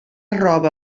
roba